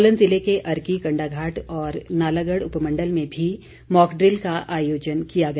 सोलन जिले के अर्की कण्डाघाट और नालागढ़ उपमण्डल में भी मॉकड़िल का आयोजन किया गया